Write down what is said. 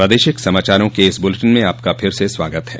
प्रादेशिक समाचारों के इस बुलेटिन में आपका फिर से स्वागत है